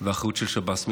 והאחריות של שב"ס.